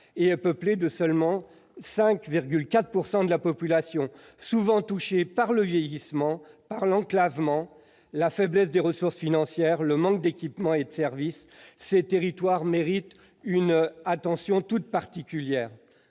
et représente seulement 5,4 % de la population. Celle-ci est souvent touchée par le vieillissement, l'enclavement, la faiblesse des ressources financières et le manque d'équipements et de services. Ces territoires méritent une attention toute particulière.